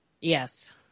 Yes